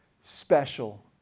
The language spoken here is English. special